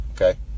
okay